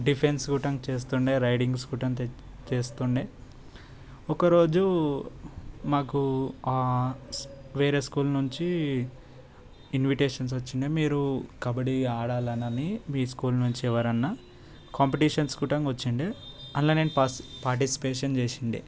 defence గుట్టంగా చేస్తుండెే raidings గుట్టంగా చేస్తుండెే ఒకరోజు మాకు వేరే స్కూల్ నుంచి ఇన్విటేషన్స్ వచ్చినాయి మీరు కబడ్డీ ఆడాలని మీ స్కూల్ నుంచి ఎవరన్నా కాంపిటీషన్స్ గుట్టంగా వచ్చిండే అందల నేను ఫస్ట్ పాటిస్ఫేషన్ చేసిండెే